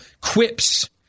quips